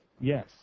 yes